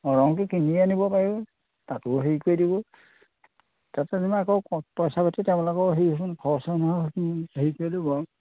অঁ ৰংটো কিনিয়ে আনিব পাৰি তাকো হেৰি কৰি দিব তাত যেনিবা আকৌ পইচা পাতিৰ তোমালোকৰ হেৰি খৰচসমূহ হেৰি কৰি দিব